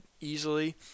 easily